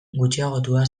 gutxiagotua